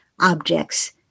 objects